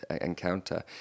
encounter